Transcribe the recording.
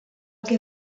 que